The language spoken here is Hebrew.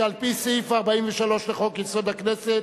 שעל-פי סעיף 43 לחוק-יסוד: הכנסת,